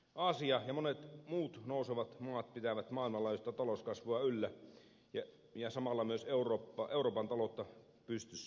aasia ja monet muut nousevat maat pitävät maailmanlaajuista talouskasvua yllä ja samalla myös euroopan taloutta pystyssä